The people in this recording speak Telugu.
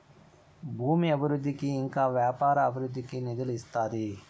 భూమి అభివృద్ధికి ఇంకా వ్యాపార అభివృద్ధికి నిధులు ఇస్తాది